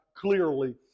clearly